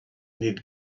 needed